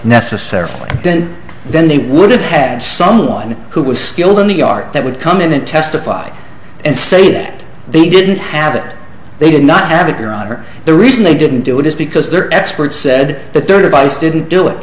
necessarily then then they would have had someone who was skilled in the art that would come in and testify and say that they didn't have it they did not have it your honor the reason they didn't do it is because their expert said that their device didn't do it